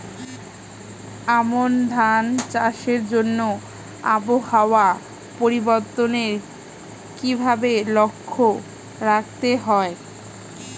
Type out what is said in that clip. আমন ধান চাষের জন্য আবহাওয়া পরিবর্তনের কিভাবে লক্ষ্য রাখতে হয়?